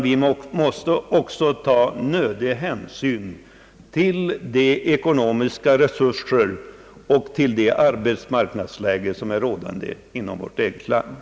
Vi måste också ta nödig hänsyn till de ekonomiska resurser och till det arbetsmarknadsläge, som råder inom vårt eget land.